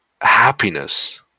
happiness